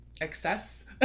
excess